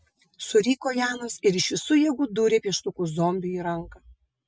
suriko janas ir iš visų jėgų dūrė pieštuku zombiui į ranką